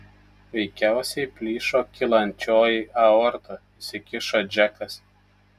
veikiausiai plyšo kylančioji aorta įsikišo džekas